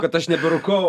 kad aš neberūkau